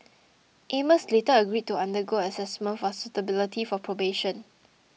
Amos later agreed to undergo assessment for suitability for probation